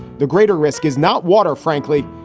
the greater risk is not water, frankly.